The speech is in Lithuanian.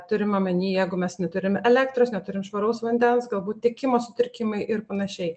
turim omeny jeigu mes neturim elektros neturim švaraus vandens galbūt tiekimo sutrikimai ir panašiai